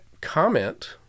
comment